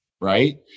right